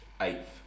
eighth